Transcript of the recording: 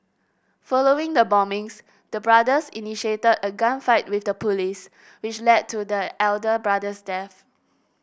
following the bombings the brothers initiated a gunfight with the police which led to the elder brother's death